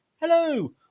hello